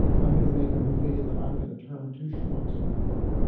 i'm going to make a movie that i'm going to term two schmucks in a car.